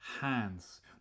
hands